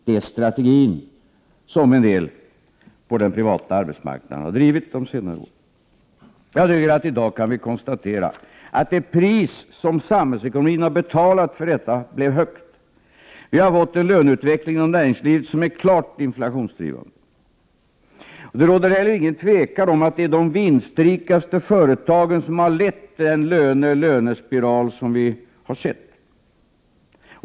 Det är strategin som en del på den privata arbetsmarknaden använt under senare år. I dag kan vi konstatera att det pris som samhällsekonomin har betalat för detta är högt. Vi har inom näringslivet fått en löneutveckling som är klart inflationsdrivande. Det råder inte heller något tvivel om att det är de vinstrikaste företagen som har lett den lönespiral som vi har sett.